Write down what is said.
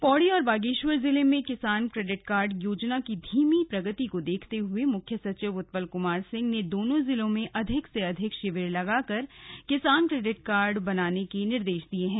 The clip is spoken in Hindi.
निर्देश पौड़ी और बागेश्वर जिले में किसान क्रेडिट कार्ड योजना की धीमी प्रगति को देखते हए मुख्य सचिव ने दोनों जिलों में अधिक से अधिक शिविर लगाकर किसान क्रेडिट कार्ड बनाने के निर्देश दिए हैं